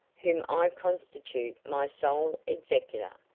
whom i constitute my sole executor,